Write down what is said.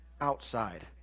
outside